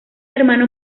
hermano